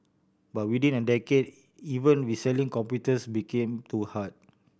but within a decade even reselling computers became too hard